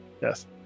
Yes